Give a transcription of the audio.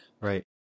right